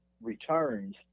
returns